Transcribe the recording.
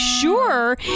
sure